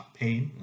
pain